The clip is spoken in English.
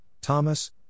Thomas